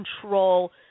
control